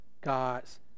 God's